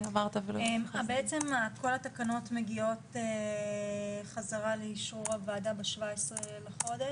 בעצם כל התקנות מגיעות חזרה לאישור הוועדה ב-17 לחודש?